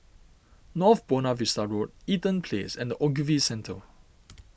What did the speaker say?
North Buona Vista Road Eaton Place and the Ogilvy Centre